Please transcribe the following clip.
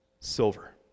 Silver